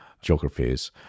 geographies